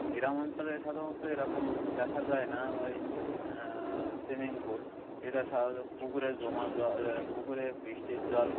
গ্রাম অঞ্চলে সাধারণত এরকম দেখা যায় না ওই সুইমিং পুল এটা সাধারণত পুকুরে জমা জল পুকুরে বৃষ্টির জল